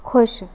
खुश